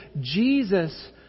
Jesus